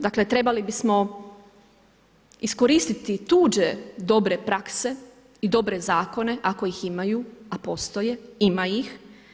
Dakle trebali bismo iskoristiti tuđe dobre prakse i dobre zakone ako ih imaju a postoje, ima ih.